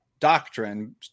doctrine